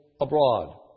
abroad